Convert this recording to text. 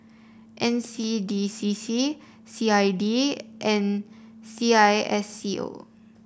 N C D C C C I D and C I S C O